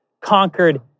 conquered